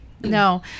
No